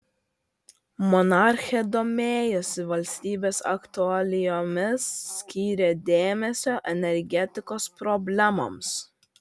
monarchė domėjosi valstybės aktualijomis skyrė dėmesio energetikos problemoms